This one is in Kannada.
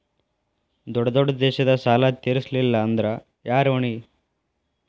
ದೊಡ್ಡ ದೊಡ್ಡ ದೇಶದ ಸಾಲಾ ತೇರಸ್ಲಿಲ್ಲಾಂದ್ರ ಯಾರ ಹೊಣಿ?